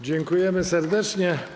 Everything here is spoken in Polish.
Dziękujemy serdecznie.